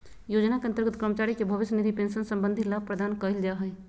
योजना के अंतर्गत कर्मचारी के भविष्य निधि पेंशन संबंधी लाभ प्रदान कइल जा हइ